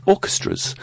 Orchestras